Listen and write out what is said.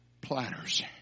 platters